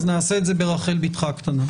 אז נעשה את זה ברחל בתך הקטנה.